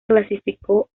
clasificó